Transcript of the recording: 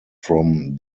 from